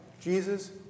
Jesus